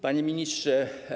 Panie Ministrze!